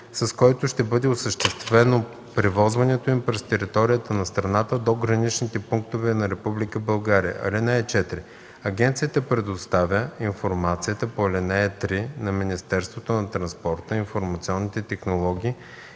с който ще бъде осъществено превозването им през територията на страната до граничните пунктове на Република България. (4) Агенцията предоставя информацията по ал. 3 на Министерството на транспорта, информационните технологии